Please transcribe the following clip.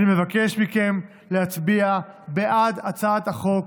אני מבקש מכם להצביע בעד הצעת החוק,